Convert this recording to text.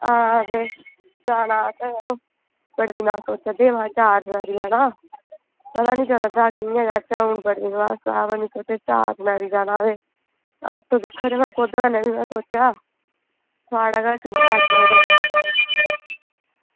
हां ते जाना असें यरो बड़े दिनें दा सोचा दे हे महांं चार चिनारै ई जाना पता निं चला दा कि'यां जाचै हून बडे दिनें दे बाद ते चार चिनारै ई जाना ऑटो दिक्खनै आं की कोह्दे कन्नै जाचै सोचेआ थुआढ़ा गै हा ऑटो ते